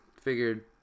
figured